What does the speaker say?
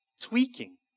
tweaking